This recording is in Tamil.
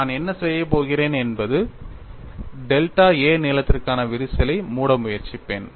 நான் என்ன செய்யப் போகிறேன் என்பது டெல்டா a நீளத்திற்கான விரிசலை மூட முயற்சிப்பேன்